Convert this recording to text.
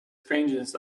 strangeness